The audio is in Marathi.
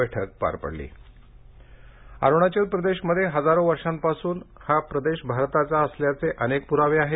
बाया कर्वे पुरस्कार अरूणाचल प्रदेशमध्ये हजारो वर्षापासून हा प्रदेश भारताचा असल्याचे अनेक पुरावे आहेत